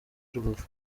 rubavu